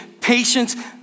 Patience